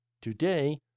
today